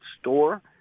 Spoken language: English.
store